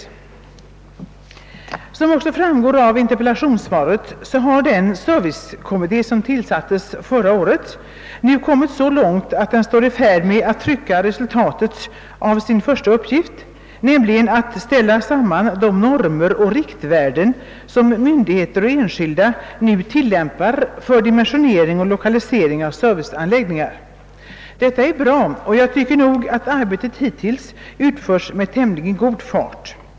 Såsom också framgår av interpellationssvaret har den servicekommitté som tillsattes förra året nu kommit så långt, att den står i färd med att trycka resultatet av sin första uppgift — nämligen att ställa samman de normer och riktvärden, som myndigheter och enskilda nu tillämpar för dimensionering och lokalisering av serviceanläggningar. Detta är bra, och jag tycker att arbetet hittills utförts med tämligen god fart.